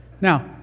Now